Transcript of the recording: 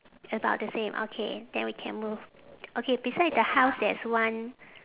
about the same okay then we can move okay beside the house there's one